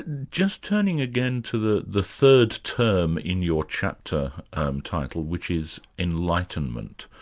and just turning again to the the third term in your chapter title, which is enlightenment.